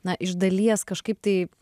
na iš dalies kažkaip tai